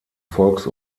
volks